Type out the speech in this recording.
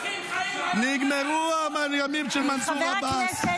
נגמרו הימים של מנסור עבאס.